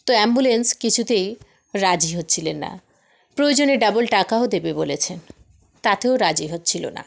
তো অ্যাম্বুলেন্স কিছুতেই রাজি হচ্ছিলেন না প্রয়োজনে ডাবল টাকাও দেবে বলেছেন তাতেও রাজি হচ্ছিলো না